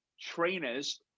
trainers